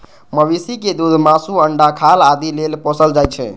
मवेशी कें दूध, मासु, अंडा, खाल आदि लेल पोसल जाइ छै